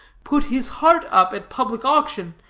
put his heart up at public auction,